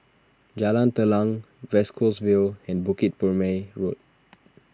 Jalan Telang West Coast Vale and Bukit Purmei Road